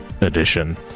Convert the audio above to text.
edition